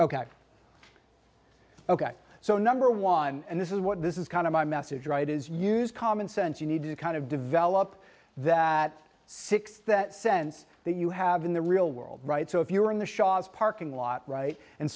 ok ok so number one and this is what this is kind of my message right is use common sense you need to kind of develop that six that sense that you have in the real world right so if you are in the parking lot right and